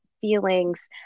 feelings